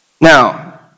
Now